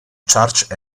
church